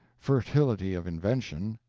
fertility of invention,